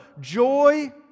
joy